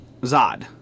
Zod